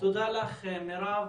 תודה לך, מרב.